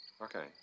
Okay